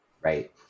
right